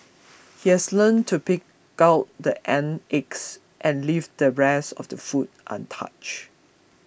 he has learnt to pick out the ant eggs and leave the rest of the food untouched